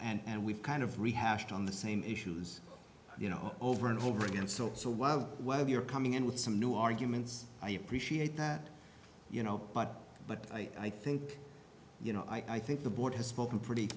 know and we've kind of rehashed on the same issues you know over and over again so it's a while whether you're coming in with some new arguments i appreciate that you know but but i think you know i think the board has spoken pretty